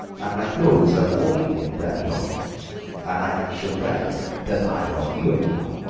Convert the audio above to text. and my clothes are more indian than yours, and i can shoot better than either of you, anyhow!